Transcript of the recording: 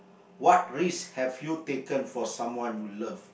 what risk have you taken for someone you love